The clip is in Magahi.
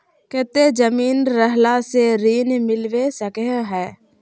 केते जमीन रहला से ऋण मिलबे सके है?